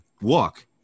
Walk